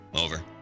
Over